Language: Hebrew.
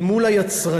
אל מול היצרנים,